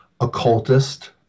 occultist